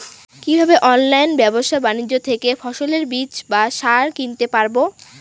কীভাবে অনলাইন ব্যাবসা বাণিজ্য থেকে ফসলের বীজ বা সার কিনতে পারবো?